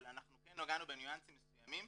אבל כן נגענו בניואנסים מסוימים